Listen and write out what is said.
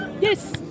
Yes